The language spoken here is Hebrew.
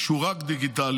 שהוא רק דיגיטלי,